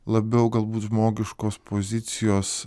labiau galbūt žmogiškos pozicijos